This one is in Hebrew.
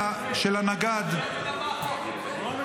של הנגד -- אני לא מבין על מה החוק.